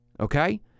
okay